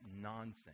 nonsense